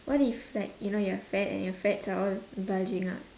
what if like you know you're fat and your fats are all bulging up